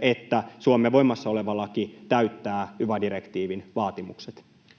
että Suomen voimassa oleva laki täyttää yva-direktiivin vaatimukset.